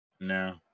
no